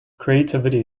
creativity